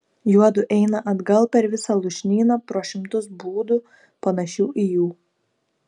juodu eina atgal per visą lūšnyną pro šimtus būdų panašių į jų